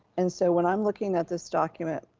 and so when i'm looking at this document,